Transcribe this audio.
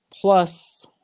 plus